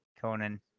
Conan